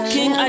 King